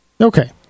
Okay